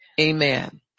amen